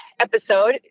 episode